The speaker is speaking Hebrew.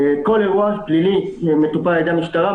כל אירוע פלילי מטופל על ידי המשטרה.